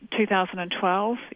2012